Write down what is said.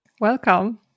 Welcome